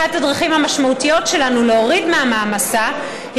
אחת הדרכים המשמעותיות שלנו להוריד מהמעמסה היא